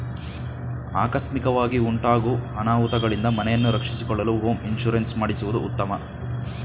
ಆಕಸ್ಮಿಕವಾಗಿ ಉಂಟಾಗೂ ಅನಾಹುತಗಳಿಂದ ಮನೆಯನ್ನು ರಕ್ಷಿಸಿಕೊಳ್ಳಲು ಹೋಮ್ ಇನ್ಸೂರೆನ್ಸ್ ಮಾಡಿಸುವುದು ಉತ್ತಮ